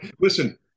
listen